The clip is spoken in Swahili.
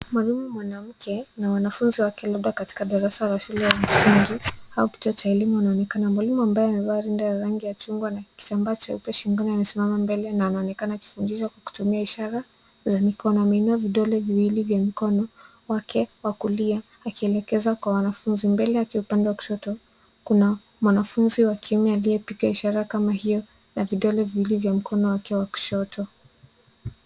Mwalimu mwanamke na wanafunzi wake labda katika darasa la shule ya msingi au kichwa cha elimu inaonekana. Mwalimu ambaye amevaa rinda ya rangi ya chungwa na kitambaa cheupe shingoni amesimama mbele na anaonekana akifundisha kutumia ishara za mikono. Ameinua vidole viwili vya mkono wake wa kulia akielekeza kwa wanafunzi. Mbele yake upande wa kushoto kuna mwanafunzi wa kiume aliyepiga ishara kama hiyo na vidole viwili vya mkono wake wa kushoto.